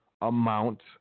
amount